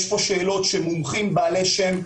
יש פה שאלות שמומחים בעלי שם,